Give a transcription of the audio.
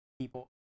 people